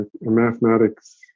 mathematics